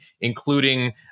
including